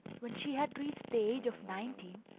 when she had reached the age of nineteen,